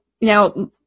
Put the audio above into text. Now